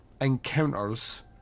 encounters